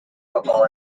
football